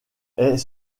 est